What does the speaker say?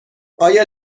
آیا